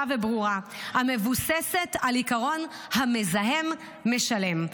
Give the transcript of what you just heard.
וברורה המבוססת על עקרון "המזהם משלם".